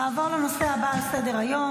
נעבור לנושא הבא על סדר-היום,